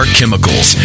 Chemicals